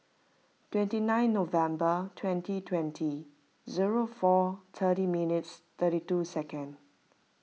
twenty nine November twenty twenty zero four thirty minutes thirty two seconds